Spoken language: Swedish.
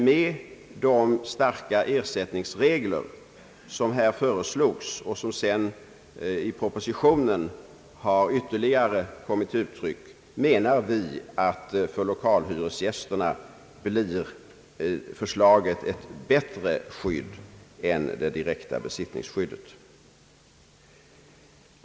Med de starka ersättningsregler som föreslogs och som sedan har kommit till uttryck i propositionen menar vi att förslaget för 1okalhyresgästerna blir ett bättre skydd än det direkta besittningsskyddet.